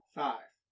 five